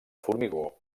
formigó